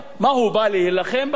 מה, הוא בא להילחם בך?